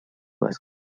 was